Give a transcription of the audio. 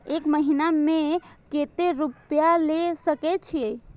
एक महीना में केते रूपया ले सके छिए?